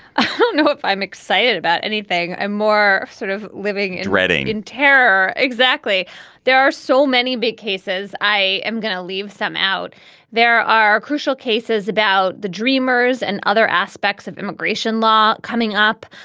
i don't know if i'm excited about anything i'm more sort of living in redding in terror. exactly there are so many big cases i am going to leave some out there are crucial cases about the dreamers and other aspects of immigration law coming up.